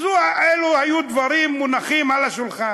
אלו היו הדברים שמונחים על השולחן,